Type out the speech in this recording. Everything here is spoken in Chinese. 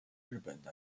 日本